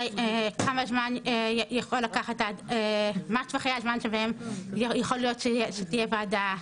מה טווחי הזמן שבהם יכול להיות שתהיה ועדה,